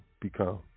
become